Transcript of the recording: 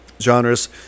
genres